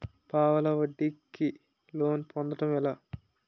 పావలా వడ్డీ కి లోన్ పొందటం ఎలా?